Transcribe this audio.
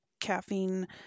caffeine